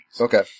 Okay